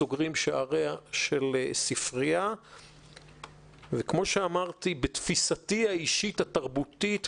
סוגרים שעריה של ספרייה וכמו שאמרתי בתפיסתי האישית-התרבותית,